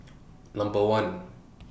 Number one